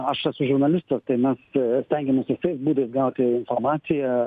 aš esu žurnalistas tai mes stengiamės visais būdais gauti informaciją